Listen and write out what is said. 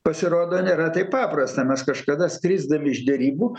pasirodo nėra taip paprasta mes kažkada skrisdami iš derybų